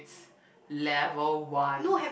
level one